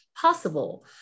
Possible